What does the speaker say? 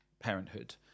parenthood